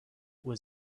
was